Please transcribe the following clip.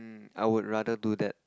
I would rather do that